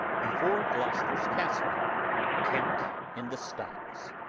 before gloucester's castle kent in the stocks.